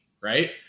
Right